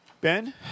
Ben